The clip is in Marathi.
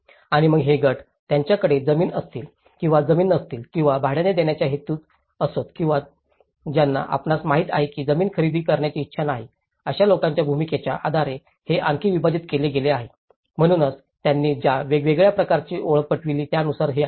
आणि मग हे गट त्यांच्याकडे जमीन असतील किंवा जमीन नसतील किंवा भाड्याने देण्याचा हेतू असोत किंवा ज्यांना आपणास माहित आहे जमीन खरेदी करायची इच्छा नाही अशा लोकांच्या भूमिकेच्या आधारे हे आणखी विभाजित केले गेले आहे म्हणूनच त्यांनी ज्या वेगवेगळ्या प्रकारांची ओळख पटविली आहे त्यानुसार हे आहे